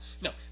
No